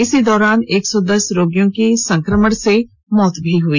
इसी दौरान एक सौ दस रोगियों की संक्रमण से मौत हुई